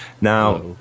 Now